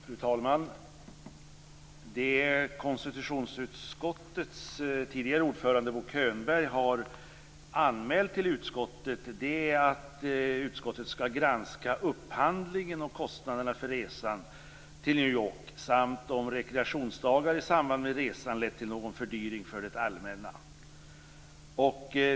Fru talman! Det som konstitutionsutskottets tidigare ordförande Bo Könberg har anmält till utskottet är att utskottet skall granska upphandlingen av och kostnaderna för resan till New York samt om rekreationsdagar i samband med resan lett till någon fördyring för det allmänna.